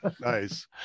Nice